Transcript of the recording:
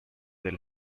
del